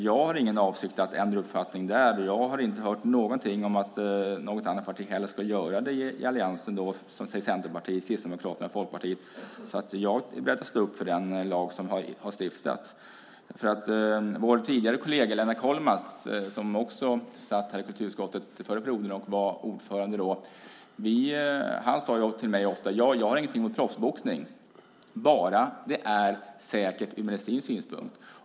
Jag har ingen avsikt att ändra uppfattning i det avseendet och har inte hört någonting om att något annat parti i alliansen ska göra det. Jag är alltså beredd att stå upp för den lag som har stiftats. Vår tidigare kollega Lennart Kollmats, som förra mandatperioden var ordförande i kulturutskottet, sade ofta till mig: Jag har ingenting emot proffsboxning om det är säkert från medicinsk synpunkt.